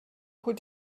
could